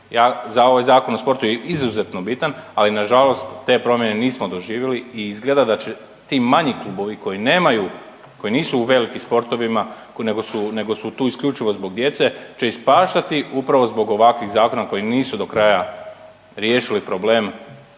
Ovaj Zakon o sportu je izuzetno bitan, ali na žalost te promjene nismo doživjeli i izgleda da će ti manji klubovi koji nemaju, koji nisu u velikim sportovima nego su tu isključivo zbog djece će ispaštati upravo zbog ovakvih zakona koji nisu do kraja riješili problem